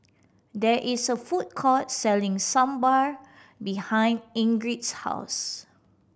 there is a food court selling Sambar behind Ingrid's house